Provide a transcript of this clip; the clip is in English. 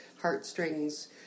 heartstrings